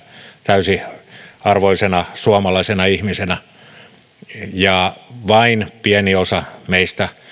täysiarvoisena suomalaisena ihmisenä vain pieni osa meistä